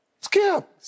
Skip